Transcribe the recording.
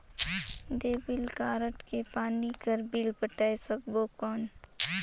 Debit card ले पानी कर बिल पटाय सकबो कौन?